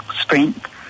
strength